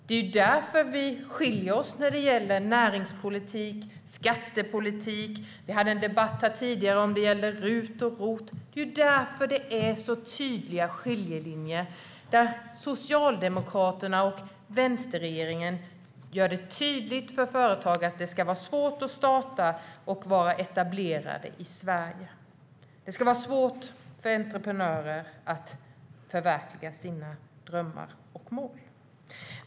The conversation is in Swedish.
Det är därför vi skiljer oss åt när det gäller näringspolitik och skattepolitik. Vi hade en debatt här tidigare om RUT och ROT. Det är därför det är så tydliga skiljelinjer. Socialdemokraterna och vänsterregeringen gör det tydligt för företag att det ska vara svårt att starta och vara etablerade i Sverige. Det ska vara svårt för entreprenörer att förverkliga sina drömmar och mål.